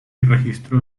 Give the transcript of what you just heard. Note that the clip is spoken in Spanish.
registró